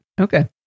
Okay